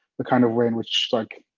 the kind of way in which, like,